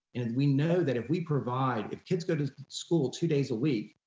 and we know that if we provide, if kids go to school two days a week,